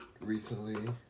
recently